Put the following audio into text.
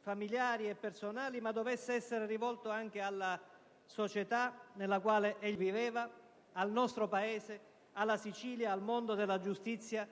familiari e personali, ma dovesse essere rivolto anche alla società nella quale egli viveva, al nostro Paese, alla Sicilia, al mondo della giustizia,